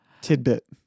tidbit